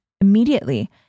immediately